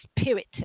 Spirit